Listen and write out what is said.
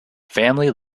family